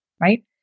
Right